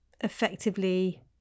effectively